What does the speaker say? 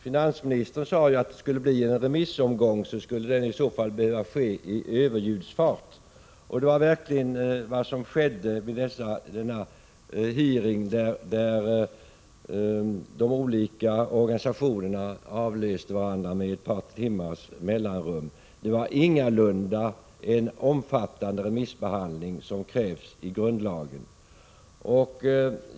Finansministern har sagt, att om det skulle bli en remissomgång skulle den behöva ske i överljudsfart. Och det var verkligen vad som skedde vid dessa hearings, där de olika organisationerna avlöste varandra med ett par timmars mellanrum. Det var ingalunda en omfattande remissomgång, som krävs i grundlagen.